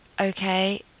okay